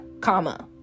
comma